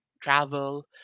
travel